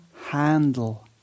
handle